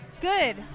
Good